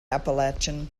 appalachian